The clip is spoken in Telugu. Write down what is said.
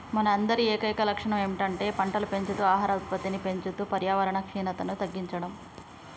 మన అందరి ఏకైక లక్షణం ఏమిటంటే పంటలు పెంచుతూ ఆహార ఉత్పత్తిని పెంచుతూ పర్యావరణ క్షీణతను తగ్గించడం